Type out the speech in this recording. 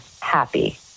happy